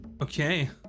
okay